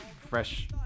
Fresh